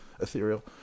ethereal